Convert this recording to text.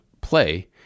play